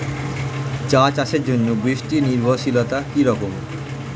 চা চাষের জন্য বৃষ্টি নির্ভরশীলতা কী রকম?